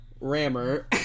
rammer